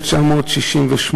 מ-1968